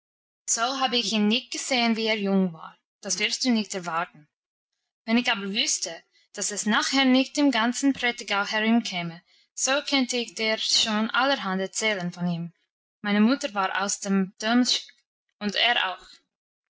so hab ich ihn nicht gesehen wie er jung war das wirst du nicht erwarten wenn ich aber wüsste dass es nachher nicht im ganzen prättigau herumkäme so könnte ich dir schon allerhand erzählen von ihm meine mutter war aus dem domleschg und er auch